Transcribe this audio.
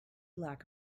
lack